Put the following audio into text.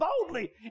boldly